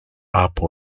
apple